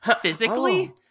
Physically